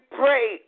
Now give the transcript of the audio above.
pray